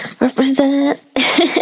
Represent